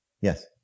Yes